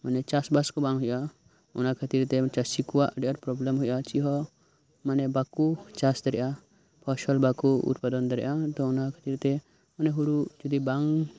ᱚᱱᱮ ᱪᱟᱥ ᱵᱟᱥ ᱠᱚ ᱵᱟᱝ ᱦᱳᱭᱩᱳᱜᱼᱟ ᱚᱱᱟ ᱠᱷᱟᱛᱤᱨ ᱛᱮ ᱪᱟᱥᱤ ᱠᱚᱣᱟᱜ ᱟᱰᱤ ᱟᱸᱴ ᱯᱨᱚᱵᱽᱞᱮᱢ ᱦᱳᱭᱳᱜᱼᱟ ᱪᱮᱫ ᱦᱚᱸ ᱢᱟᱱᱮ ᱵᱟᱠᱚ ᱪᱟᱥ ᱫᱟᱲᱮᱭᱟᱜᱼᱟ ᱯᱷᱚᱥᱚᱞ ᱵᱟᱠᱚ ᱩᱛᱯᱟᱫᱚᱱ ᱫᱟᱲᱮᱭᱟᱜᱼᱟ ᱛᱚ ᱚᱱᱟ ᱠᱷᱟᱛᱤᱨ ᱛᱮ ᱢᱟᱱᱮ ᱦᱳᱲᱩ ᱡᱩᱫᱤ ᱵᱟᱝᱻ